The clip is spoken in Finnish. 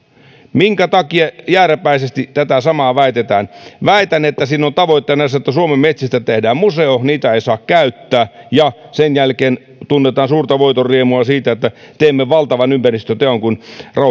minkä takia jääräpäisesti tätä samaa väitetään väitän että siinä on tavoitteena se että suomen metsistä tehdään museo niitä ei saa käyttää ja sen jälkeen tunnetaan suurta voitonriemua siitä että teemme valtavan ympäristöteon kun